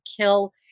kill